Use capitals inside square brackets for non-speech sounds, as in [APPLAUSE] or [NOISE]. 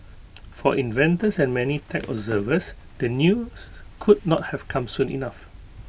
[NOISE] for investors and many tech observers the news could not have come soon enough